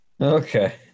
Okay